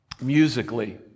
musically